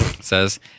says